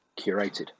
curated